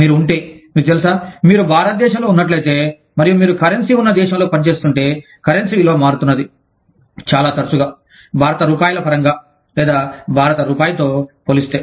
మీరు ఉంటే మీకు తెలుసా మీరు భారతదేశంలో ఉన్నట్లయితే మరియు మీరు కరెన్సీ ఉన్న దేశంలో పనిచేస్తుంటే కరెన్సీ విలువ మారుతున్నది చాలా తరచుగా భారత రూపాయిల పరంగా లేదా భారత రూపాయి తో పోలిస్తే